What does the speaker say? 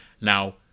Now